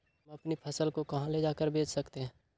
हम अपनी फसल को कहां ले जाकर बेच सकते हैं?